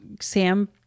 Sam